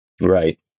Right